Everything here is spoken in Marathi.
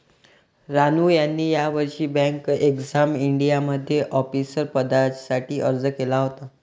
रानू यांनी यावर्षी बँक एक्झाम इंडियामध्ये ऑफिसर पदासाठी अर्ज केला होता